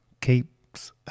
keeps